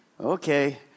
Okay